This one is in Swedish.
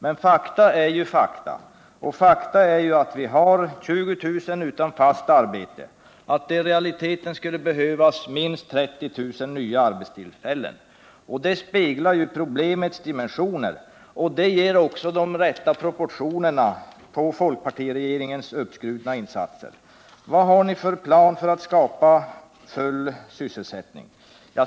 Men faktum är att vi har 20 000 utan fast arbete och att det i realiteten skulle behövas minst 30 000 nya arbetstillfällen. Det visar på problemens dimensioner. Det ger också de rätta proportionerna åt folkpartiregeringens omskrutna insatser. Vad har ni för plan för att skapa full sysselsättning?